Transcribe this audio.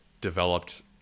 developed